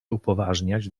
upoważniać